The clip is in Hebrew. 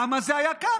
למה זה היה כך?